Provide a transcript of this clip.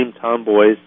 tomboys